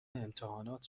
امتحانات